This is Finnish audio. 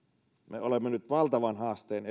me olemme nyt valtavan haasteen